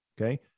okay